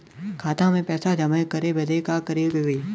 खाता मे पैसा जमा करे बदे का करे के होई?